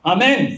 Amen